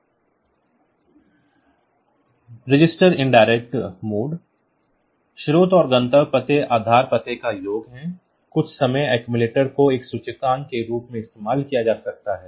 register indirect mode स्रोत और गंतव्य पते आधार पते का योग है कुछ समय अक्सुमुलेटर को एक सूचकांक के रूप में इस्तेमाल किया जा सकता है